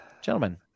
Gentlemen